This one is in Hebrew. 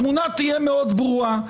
התמונה תהיה מאוד ברורה.